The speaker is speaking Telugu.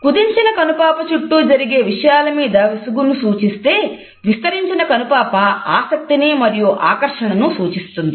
కుదించిన కనుపాప చుట్టూ జరిగే విషయాలమీద విసుగును సూచిస్తే విస్తరించిన కనుపాప ఆసక్తిని మరియు ఆకర్షణను సూచిస్తుంది